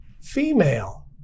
female